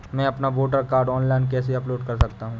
मैं अपना voter card online कैसे अपलोड कर सकता हूँ?